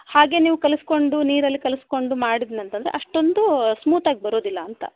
ಹಾಗೇ ನೀವು ಕಲಸ್ಕೊಂಡು ನೀರಲ್ಲಿ ಕಲಸ್ಕೊಂಡು ಮಾಡಿದ್ ಅಂತ ಅಂದ್ರೆ ಅಷ್ಟೊಂದು ಸ್ಮೂತ್ ಆಗಿ ಬರೋದಿಲ್ಲ ಅಂತ